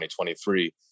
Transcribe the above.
2023